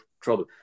trouble